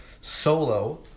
Solo